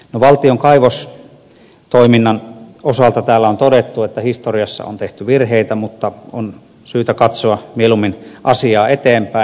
valtion kaivostoiminnan osalta täällä on todettu että historiassa on tehty virheitä mutta on mieluummin syytä katsoa asiaa eteenpäin